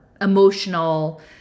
emotional